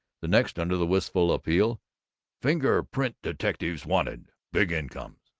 the next, under the wistful appeal finger print detectives wanted big incomes!